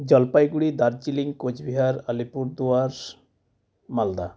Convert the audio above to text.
Jalpaiguri Darjeeling Cooch Behar Alipurduar Malda